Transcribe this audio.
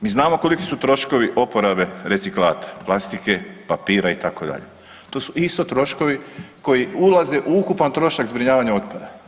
Mi znamo koliki su troškovi oporabe reciklata, plastike, papira itd., to su isto troškovi koji ulaze u ukupan trošak zbrinjavanja otpada.